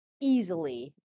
easily